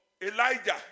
Elijah